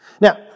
Now